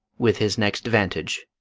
with his next vantage.